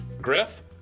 Griff